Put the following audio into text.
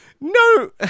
No